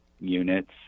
units